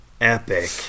Epic